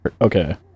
Okay